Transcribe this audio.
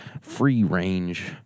free-range